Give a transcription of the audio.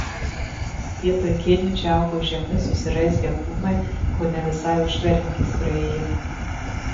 vietoj kėnių čia augo žemi susiraizgę krūmai kone visai užtveriantys praėjimą